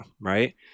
right